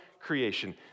creation